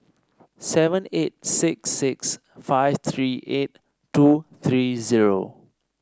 seven eight six six five three eight two three zero